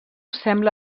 sembla